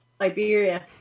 Iberia